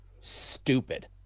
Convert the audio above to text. stupid